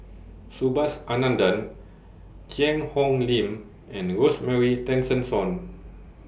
Subhas Anandan Cheang Hong Lim and Rosemary Tessensohn